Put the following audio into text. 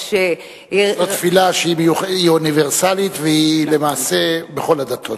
זו תפילה שהיא אוניברסלית, ולמעשה היא בכל הדתות.